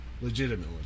legitimately